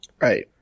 Right